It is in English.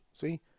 See